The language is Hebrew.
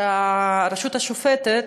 שהרשות השופטת